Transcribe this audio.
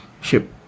ship